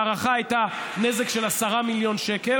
ההערכה הייתה נזק של 10 מיליון שקל,